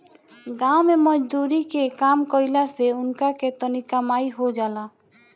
गाँव मे मजदुरी के काम कईला से उनका के तनी कमाई हो जाला